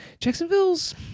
Jacksonville's